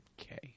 Okay